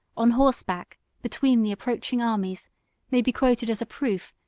on horseback between the approaching armies may be quoted as a proof,